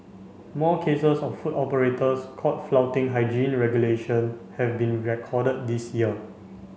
more cases of food operators caught flouting hygiene regulation have been recorded this year